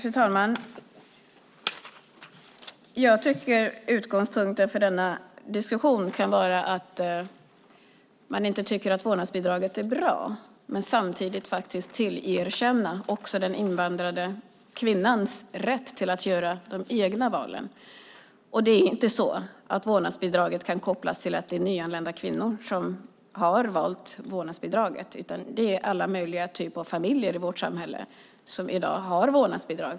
Fru talman! Jag tycker att utgångspunkten för denna diskussion kan vara att man inte tycker att vårdnadsbidraget är bra men att man samtidigt faktiskt kan tillerkänna den invandrade kvinnans rätt att göra de egna valen. Det är inte så att vårdnadsbidraget kan kopplas till nyanlända kvinnor, att det är de som har valt vårdnadsbidraget, utan det är alla möjliga typer av familjer i vårt samhälle som i dag har vårdnadsbidrag.